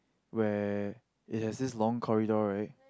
where it has it's long corridor right